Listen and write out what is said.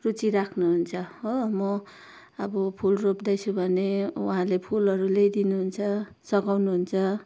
रुचि राख्नुहुन्छ हो म अब फुल रोप्दैछु भने उहाँले फुलहरू ल्याइदिनुहुन्छ सघाउनुहुन्छ